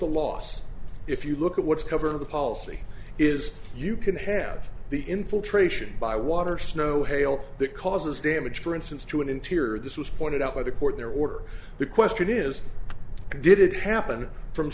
the loss if you look at what's covered in the policy is you can have the infiltration by water snow hail that causes damage for instance to an interior this was pointed out by the court their order the question is did it happen from